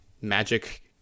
magic